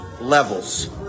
levels